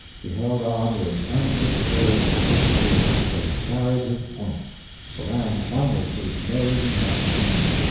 he held on with undiscouraged perseverance till he carried his point the lamb finally put its nose in mark's hand,